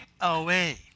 away